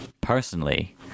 personally